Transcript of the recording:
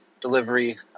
delivery